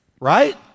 Right